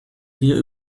hier